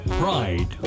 pride